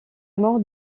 mort